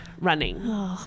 running